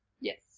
yes